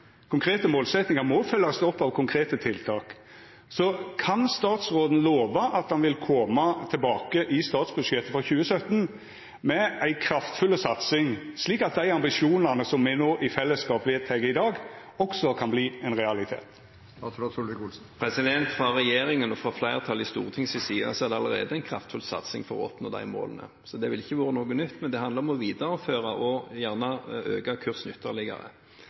Konkrete målsetjingar må følgjast opp av konkrete tiltak. Kan statsråden lova at han vil koma tilbake i statsbudsjettet for 2017 med ei kraftfull satsing, slik at dei ambisjonane som me no i fellesskap vedtek i dag, også kan verta ein realitet? Fra regjeringen og fra flertallet i Stortinget sin side er det allerede en kraftfull satsing for å oppnå de målene, så det ville ikke vært noe nytt. Men det handler om å videreføre og gjerne øke